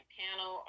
panel